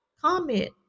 comment